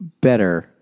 better